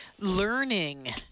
learning